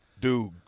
dude